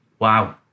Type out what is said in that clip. Wow